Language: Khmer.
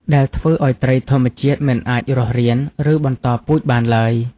ដែលធ្វើឱ្យត្រីធម្មជាតិមិនអាចរស់រាន ឬបន្តពូជបានឡើយ។